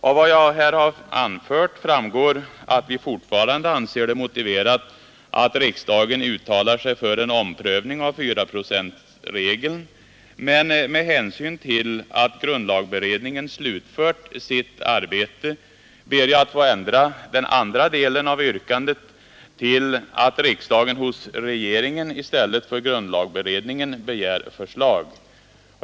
Av vad jag här har anfört framgår att vi fortfarande anser det motiverat att riksdagen uttalar sig för en omprövning av fyraprocentregeln, men med hänsyn till att grundlagberedningen slutfört sitt arbete ber jag att få ändra den andra delen av yrkandet till att riksdagen hos regeringen i stället för hos grundlagberedningen begär förslag.